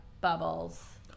Bubbles